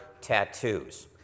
tattoos